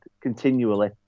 continually